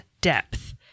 depth